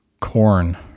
corn